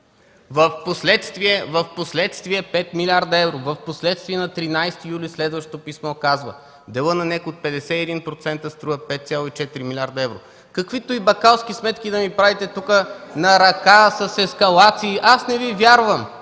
тези 5 млрд. евро!”. Впоследствие на 13 юли следващото писмо казва: „Делът на НЕК от 51% струва 5,4 млрд. евро”. Каквито и бакалски сметки да ми правите тук – на ръка, с ескалации, аз не Ви вярвам!